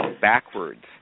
backwards